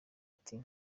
ati